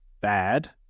bad